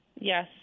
Yes